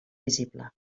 visible